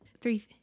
Three